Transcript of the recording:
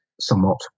somewhat